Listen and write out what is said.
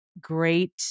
great